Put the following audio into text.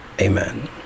Amen